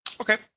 Okay